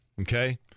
Okay